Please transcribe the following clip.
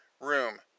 room